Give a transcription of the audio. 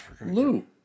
Lou